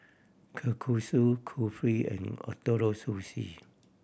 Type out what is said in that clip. Kalguksu Kulfi and Ootoro Sushi